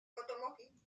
automobiles